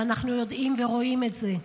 ואנחנו יודעים ורואים את זה.